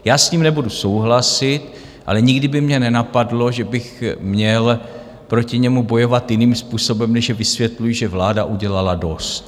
Já s tím nebudu souhlasit, ale nikdy by mě nenapadlo, že bych měl proti němu bojovat jiným způsobem, než že vysvětluji, že vláda udělala dost.